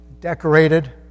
decorated